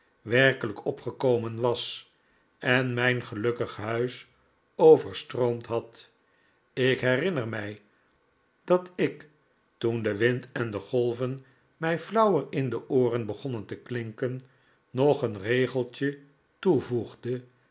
werkelijk opgekomen was en mijn gelukkige huis overstroomd had ik herinner mij dat ik toen de wind en de golven mij flauwer in de ooren begonnen te klinken nog een regeltje toevoegde